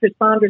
responders